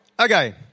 okay